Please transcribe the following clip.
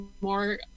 more